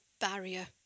barrier